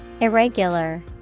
Irregular